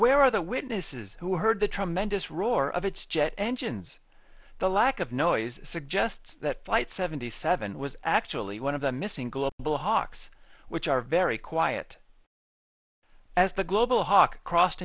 where are the witnesses who heard the tremendous roar of its jet engines the lack of noise suggests that flight seventy seven was actually one of the missing global hawks which are very quiet as the global hawk crossed